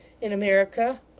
in america,